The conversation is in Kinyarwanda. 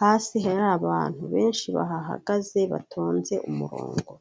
hasi hari abantu benshi bahahagaze batonze umurongo.